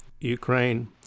Ukraine